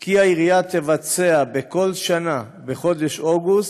כי העירייה תבצע בכל שנה בחודש אוגוסט,